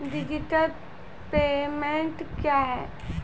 Digital payment क्या हैं?